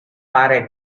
pare